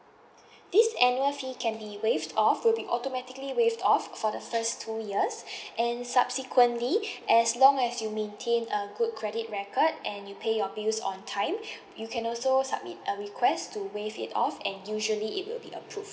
this annual fee can be waived off will be automatically waived off for the first two years and subsequently as long as you maintain a good credit record and you pay your bills on time you can also submit a request to waive it off and usually it will be approved